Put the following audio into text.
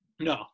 No